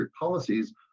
Policies